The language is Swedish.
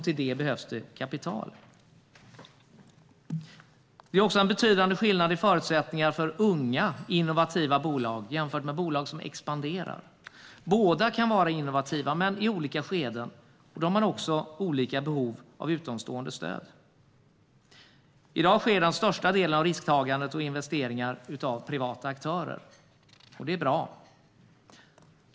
Till det behövs kapital. Det är också en betydande skillnad i förutsättningar för unga innovativa bolag jämfört med bolag som expanderar. Båda kan vara innovativa men i olika skeden. Då har de också olika behov av utomstående stöd. I dag görs den största delen av risktagandet och investeringarna av privata aktörer, och det är bra.